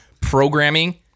programming